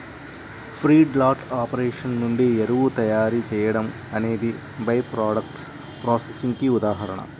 feedlot operation నుండి ఎరువు తయారీ చేయడం అనేది బై ప్రాడక్ట్స్ ప్రాసెసింగ్ కి ఉదాహరణ